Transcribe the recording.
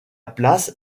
place